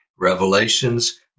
revelations